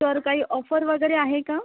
तर काही ऑफर वगैरे आहे का